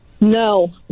No